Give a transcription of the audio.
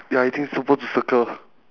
ya I think suppose to circle